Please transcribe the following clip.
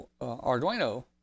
Arduino